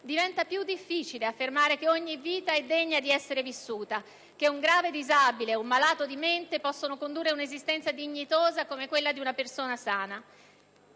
diventa più difficile affermare che ogni vita è degna di essere vissuta, che un grave disabile o un malato di mente possono condurre un'esistenza dignitosa come quella di una persona sana.